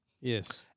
yes